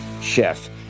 chef